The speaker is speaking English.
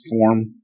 form